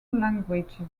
languages